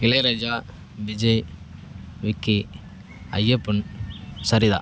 Ilaiyaraaja Vijay Vicky Ayyappan Saritha